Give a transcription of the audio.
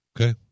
Okay